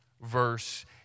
verse